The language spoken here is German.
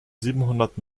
siebenhundert